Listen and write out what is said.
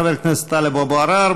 חבר הכנסת טלב אבו עראר,